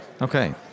okay